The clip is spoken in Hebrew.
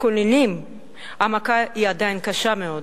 כשמתכוננים המכה עדיין קשה מאוד.